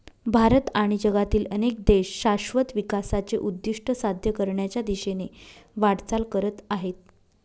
भारत आणि जगातील अनेक देश शाश्वत विकासाचे उद्दिष्ट साध्य करण्याच्या दिशेने वाटचाल करत आहेत